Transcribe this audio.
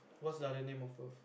what's the other name of Earth